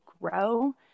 grow